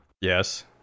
Yes